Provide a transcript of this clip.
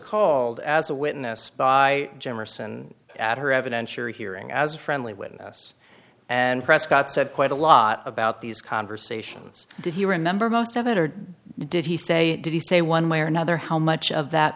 called as a witness by generous and at her evidentiary hearing as friendly with us and prescott said quite a lot about these conversations did he remember most of it or did he say did he say one way or another how much of that